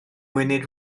munud